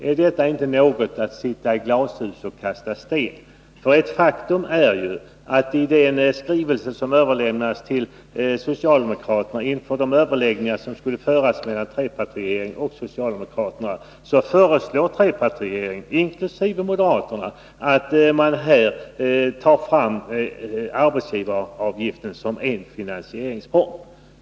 Är detta inte att kasta sten när man sitter i glashus? Ett faktum är ju att i den skrivelse som överlämnades till socialdemokraterna inför de överläggningar som skulle föras mellan trepartiregeringens representanter och socialdemokraterna föreslog trepartiregeringen, inkl. moderaterna, att man skulle ta fram arbetsgivaravgiften som en finansieringsform.